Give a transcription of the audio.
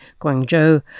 Guangzhou